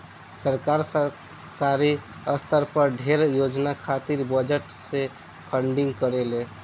सरकार, सरकारी स्तर पर ढेरे योजना खातिर बजट से फंडिंग करेले